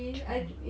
true